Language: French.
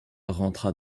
rentra